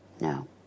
No